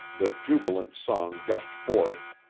the jubilant song gushed forth,